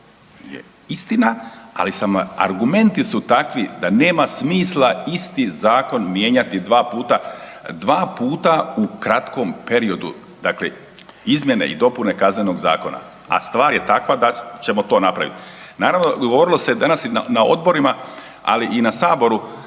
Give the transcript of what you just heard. istina, ali argumenti su takvi da nema smisla isti zakon mijenjati dva puta, dva puta u kratkom periodu dakle izmjene i dopune Kaznenog zakona, a stvar je takva da ćemo to napravit. Naravno, govorilo se danas i na odborima, ali i na Saboru